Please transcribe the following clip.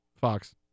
Fox